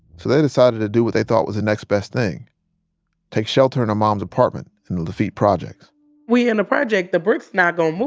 so they decided to do what they thought was the next best thing take shelter in her mom's apartment in the lafitte projects we in the project. the bricks not gonna move.